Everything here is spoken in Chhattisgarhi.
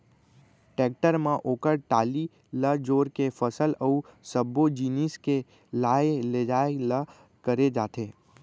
टेक्टर म ओकर टाली ल जोर के फसल अउ सब्बो जिनिस के लाय लेजाय ल करे जाथे